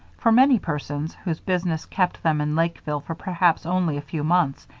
for many persons, whose business kept them in lakeville for perhaps only a few months,